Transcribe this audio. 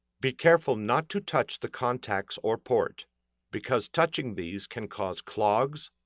be careful not to touch the contacts or port because touching these can cause clogs,